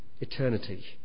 eternity